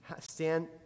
Stand